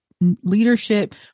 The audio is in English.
leadership